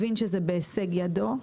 הבין שזה בהישג ידו,